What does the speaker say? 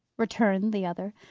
returned the other.